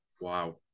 Wow